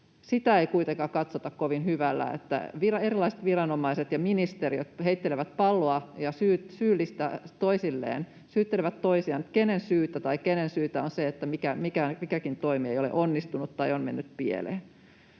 Sitä ei kuitenkaan katsota kovin hyvällä, että erilaiset viranomaiset ja ministeriöt heittelevät palloa ja syyttelevät toisiaan, kenen syytä mikäkin toimi on, kenen syytä on se, että toimi ei ole onnistunut tai on mennyt pieleen.